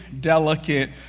delicate